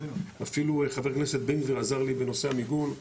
אפילו חבר הכנסת בן גביר עזר לי בנושא המיגון,